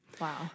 wow